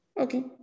Okay